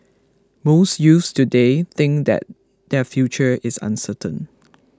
most youths today think that their future is uncertain